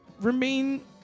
remain